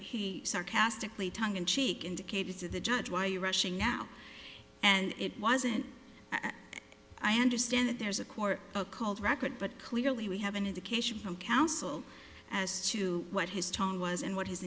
he sarcastically tongue in cheek indicated to the judge why you're rushing out and it wasn't as i understand it there's a court called record but clearly we have an indication from counsel as to what his tone was and what his